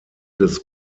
des